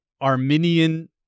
Arminian